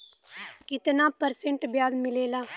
कितना परसेंट ब्याज मिलेला?